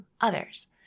others